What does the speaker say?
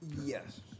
Yes